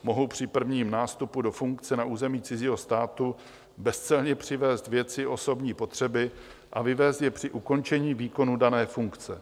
Mohou při prvním nástupu do funkce na území cizího státu bezcelně přivézt věci osobní potřeby a vyvézt je při ukončení výkonu dané funkce.